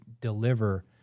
deliver